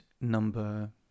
number